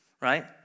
Right